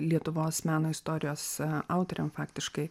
lietuvos meno istorijos autoriam faktiškai